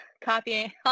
copying